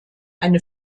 eine